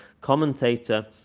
commentator